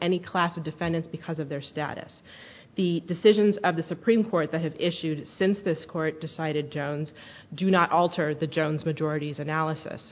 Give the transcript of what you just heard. any class of defendants because of their status the decisions of the supreme court that have issued since this court decided tone do not alter the jones majority's analysis